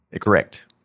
Correct